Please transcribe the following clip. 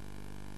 יוסי אחימאיר,